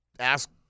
ask